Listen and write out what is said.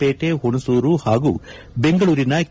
ಪೇಟೆ ಹುಣಸೂರು ಹಾಗೂ ಬೆಂಗಳೂರಿನ ಕೆ